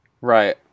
right